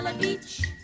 Beach